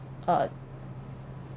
uh